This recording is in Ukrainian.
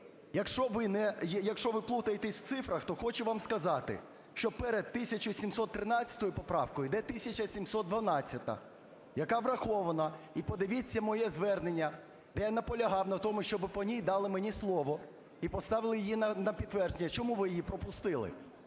Якщо ви плутаєтесь в цифрах, то хочу вам сказати, що перед 1713 поправкою йде 1712-а, яка врахована. І подивіться моє звернення, де я наполягав на тому, щоби по ній дали мені слово і поставили її на підтвердження. Чому ви її пропустили?